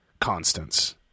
constants